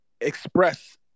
express